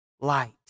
light